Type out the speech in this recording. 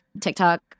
tiktok